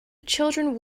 children